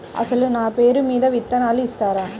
అసలు నా పేరు మీద విత్తనాలు ఇస్తారా?